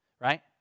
right